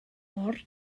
mor